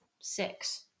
six